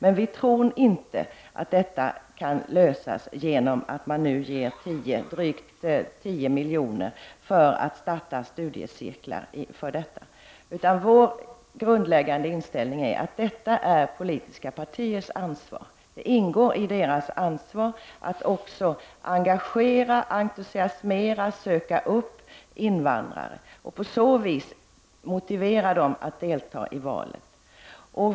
Vi tror emellertid inte att detta kan uppnås genom att man avsätter drygt 10 miljoner för att ge möjligheter att starta studiecirklar om detta. Vår grundläggande inställning är att detta är politiska partiers ansvar, det ingår i deras ansvar att också engagera, entusiasmera och söka upp invandrare och på så vis motivera dem att deltaga i valet.